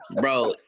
Bro